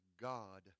God